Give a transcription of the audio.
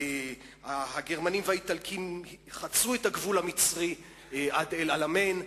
הגרמנים והאיטלקים חצו את הגבול המצרי עד אל-עלמיין,